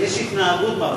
יש התנהגות מפא"יניקית.